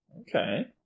Okay